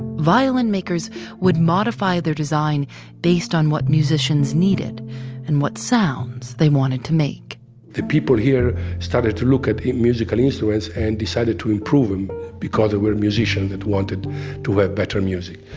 violin makers would modify their design based on what musicians needed and what sounds they wanted to make the people here started to look at musical instruments and decided to improve them because they were a musician that wanted to have better music.